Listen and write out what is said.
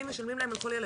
משלמים להם על כל ילד.